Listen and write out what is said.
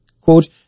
Quote